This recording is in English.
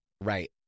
Right